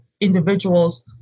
individuals